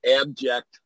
abject